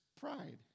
pride